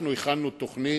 אנחנו הכנו תוכנית,